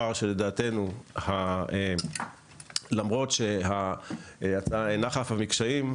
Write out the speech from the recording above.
שלדעתנו למרות שההצעה אינה חפה מקשיים,